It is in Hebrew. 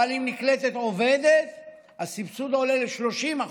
אבל אם נקלטת עובדת הסבסוד עולה ל-30%,